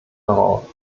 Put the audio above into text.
darauf